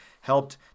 helped